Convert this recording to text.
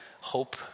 hope